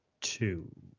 two